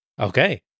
Okay